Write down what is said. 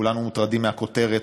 כולנו מוטרדים מהכותרת,